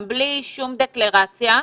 בלי שום דקלרציה,